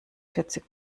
vierzig